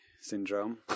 syndrome